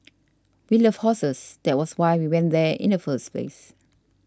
we love horses that was why we went there in the first place